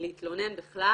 להתלונן בכלל.